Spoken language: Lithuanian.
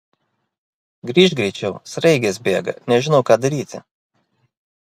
grįžk greičiau sraigės bėga nežinau ką daryti